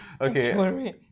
okay